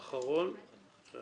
לדיונים איתכם,